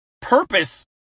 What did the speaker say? purpose